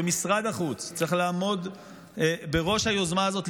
ומשרד החוץ צריך לעמוד בראש היוזמה הזאת,